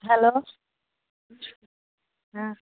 hello হ্যাঁ